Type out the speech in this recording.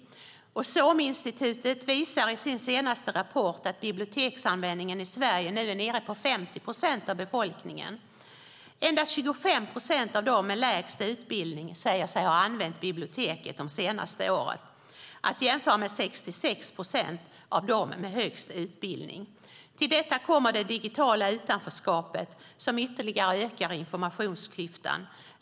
SOM-institutet visar i sin senaste rapport att biblioteksanvändningen i Sverige nu är nere på under 50 procent av befolkningen. Endast 25 procent av dem med lägst utbildning säger sig ha använt biblioteket det senaste året. Detta kan jämföras med 66 procent av dem med högst utbildning. Till detta kommer det digitala utanförskapet som ytterligare ökar på informationsklyftan.